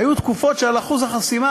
היו תקופות שעל אחוז החסימה,